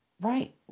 Right